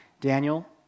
Daniel